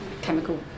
chemical